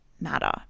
matter